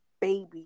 baby